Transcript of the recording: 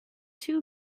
two